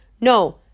No